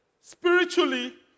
spiritually